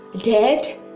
dead